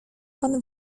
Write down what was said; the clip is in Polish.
pan